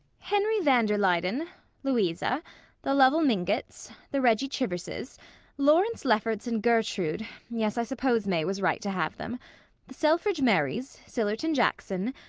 henry van der luyden louisa the lovell mingotts the reggie chiverses lawrence lefferts and gertrude yes, i suppose may was right to have them the selfridge merrys, sillerton jackson,